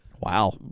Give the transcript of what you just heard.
Wow